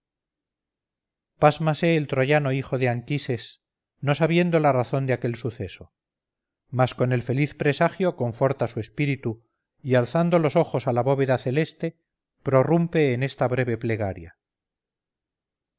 pásmase el troyano hijo de anquises no sabiendo la razón de aquel suceso mas con el feliz presagio conforta su espíritu y alzando los ojos a la bóveda celeste prorrumpe en esta breve plegaria